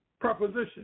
proposition